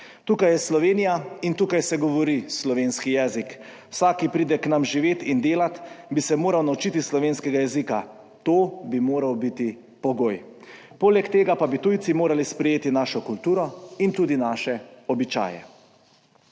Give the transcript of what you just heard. Tukaj je Slovenija in tukaj se govori slovenski jezik. Vsak, ki pride k nam živet in delat, bi se moral naučiti slovenskega jezika. To bi moral biti pogoj. Poleg tega pa bi tujci morali sprejeti našo kulturo in tudi naše običaje.